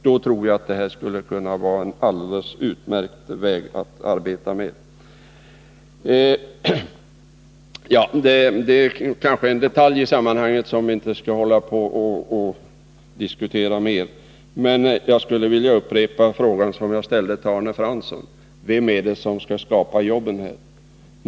Då tror jag att det här skulle kunna vara en alldeles utmärkt väg att gå, som kan ge resultat. Avslutningsvis skulle jag vilja upprepa den fråga som jag ställde till Arne Fransson: Vem är det som skall skapa jobben?